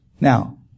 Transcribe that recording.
Now